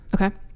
Okay